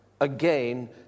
again